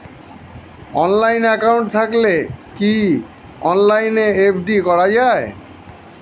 Online account থাকলে কি অনলাইনে এফ.ডি করা যায়?